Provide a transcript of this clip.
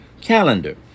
calendar